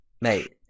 mate